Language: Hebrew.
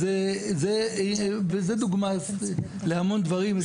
זו דוגמה להמון דברים,